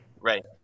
right